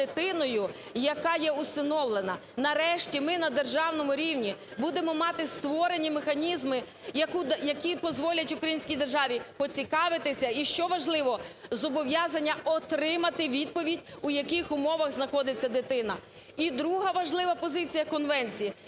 яка є усиновлена. Нарешті ми на державному рівні будемо мати створені механізми, які дозволять українській державі поцікавитися і, що важливо, зобов'язання отримати відповідь, у яких умовах знаходиться дитина. І друга важлива позиція конвенції -